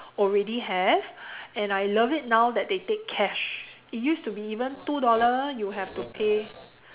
already have and I love it now that they take cash it used to be even two dollar you have to pay